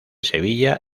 sevilla